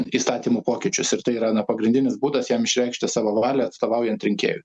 įstatymų pokyčius ir tai yra na pagrindinis būdas jam išreikšti savo valią atstovaujant rinkėjui